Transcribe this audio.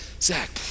Zach